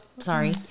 Sorry